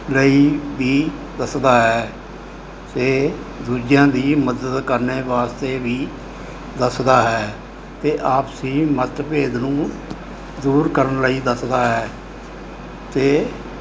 ਲਈ ਵੀ ਦੱਸਦਾ ਹੈ ਅਤੇ ਦੂਜਿਆਂ ਦੀ ਮਦਦ ਕਰਨ ਵਾਸਤੇ ਵੀ ਦੱਸਦਾ ਹੈ ਅਤੇ ਆਪਸੀ ਮਤਭੇਦ ਨੂੰ ਦੂਰ ਕਰਨ ਲਈ ਦੱਸਦਾ ਹੈ ਅਤੇ